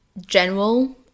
general